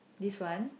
this one